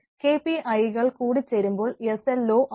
K P ഐകൾ കൂടി ചേരുമ്പോൾ എസ് എൽ ഒ ആകുന്നു